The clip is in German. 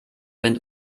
wenn